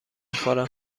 خورم